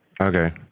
Okay